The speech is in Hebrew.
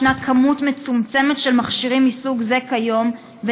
יש מספר מצומצם של מכשירים מסוג זה כיום,